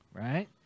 Right